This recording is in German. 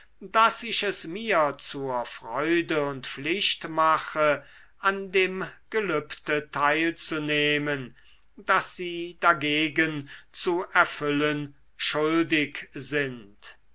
daß ich es mir zur freude und pflicht mache an dem gelübde teilzunehmen das sie dagegen zu erfüllen schuldig sind